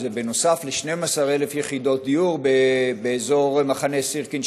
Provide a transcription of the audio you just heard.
נוסף על 12,000 יחידות דיור באזור מחנה סירקין,